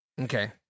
Okay